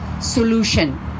solution